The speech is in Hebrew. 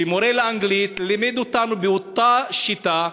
שמורה לאנגלית לימד אותנו באותה שיטה,